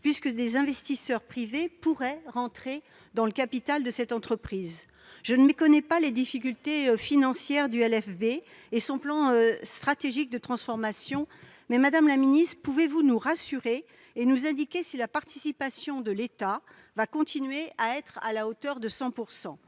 puisque des investisseurs privés pourraient entrer dans le capital de cette entreprise. Je ne méconnais pas les difficultés financières du LFB et son plan stratégique de transformation, mais, madame la ministre, pouvez-vous nous rassurer et nous indiquer si la participation de l'État va continuer à être à hauteur de 100 %?